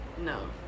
no